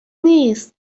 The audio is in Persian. نیست